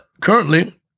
currently